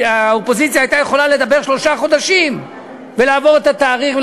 האופוזיציה הייתה יכולה לדבר שלושה חודשים ולעבור את התאריך,